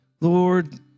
Lord